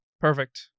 Perfect